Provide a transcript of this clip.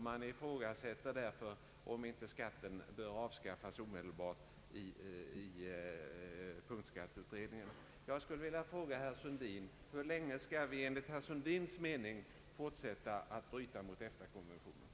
Man ifrågasätter därför i punktskatteutredningen om inte skatten omedelbart borde avskaffas. Jag skulle vilja